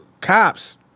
cops